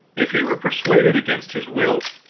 if he were persuaded against his will,